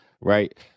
right